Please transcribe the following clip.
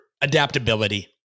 adaptability